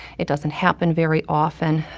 it doesn't happen very often.